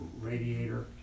radiator